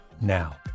now